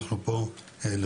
אנחנו פה לרשותכם.